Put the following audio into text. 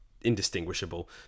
indistinguishable